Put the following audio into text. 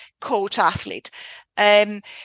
coach-athlete